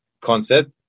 concept